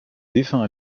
défunt